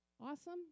awesome